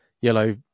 yellow